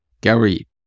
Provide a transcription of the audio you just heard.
Gary